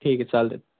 ठीक आहे चालतंय